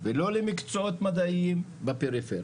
ולא למקצועות מדעיים בפריפריה.